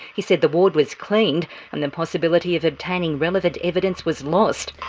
he said the ward was cleaned and the possibility of obtaining relevant evidence was lost.